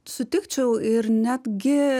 sutikčiau ir netgi